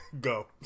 Go